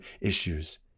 issues